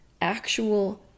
actual